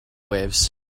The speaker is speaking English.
waves